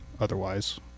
otherwise